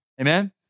Amen